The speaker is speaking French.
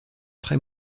très